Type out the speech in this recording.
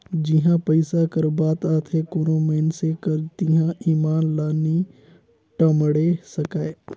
जिहां पइसा कर बात आथे कोनो मइनसे कर तिहां ईमान ल नी टमड़े सकाए